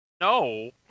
No